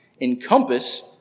encompass